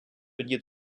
дід